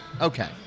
Okay